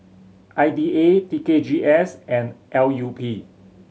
I D A T K G S and L U P